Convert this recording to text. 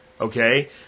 Okay